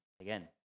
again